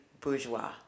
Bourgeois